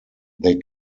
they